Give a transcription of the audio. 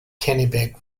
kennebec